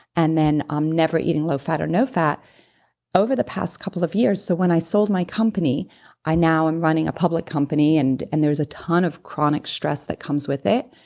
and then um never eating low fat or no fat over the past couple of years. so when i sold my company i now am running a public company and and there's a ton a of chronic stress that comes with it,